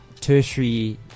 tertiary